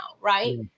right